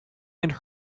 and